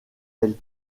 elle